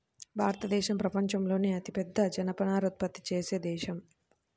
భారతదేశం ప్రపంచంలోనే అతిపెద్ద జనపనార ఉత్పత్తి చేసే దేశం